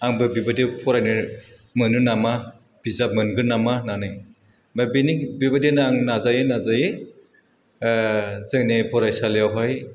आंबो बेबायदि फरायनो मोनो नामा बिजाब मोनगोन नामा होनानै दा बिनि बेबायदिनो आं नाजायै नाजायै जोंनि फरायसालियावहाय